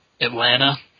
Atlanta